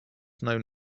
known